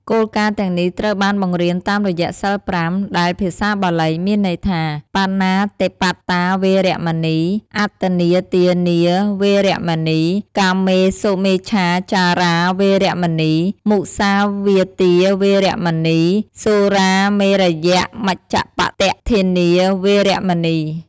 គោលការណ៍ទាំងនេះត្រូវបានបង្រៀនតាមរយៈ សីលប្រាំ ដែលភាសាបាលី មានន័យថា បាណាតិបាតា វេរមណី, អទិន្នាទានា វេរមណី, កាមេ សុមិច្ឆាចារា វេរមណី, មុសាវាទា វេរមណី, សុរាមេរយមជ្ជប្បមាទដ្ឋានា វេរមណី។